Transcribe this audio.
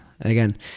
Again